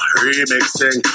remixing